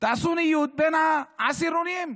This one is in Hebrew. בין העשירונים,